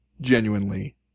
genuinely